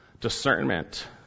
discernment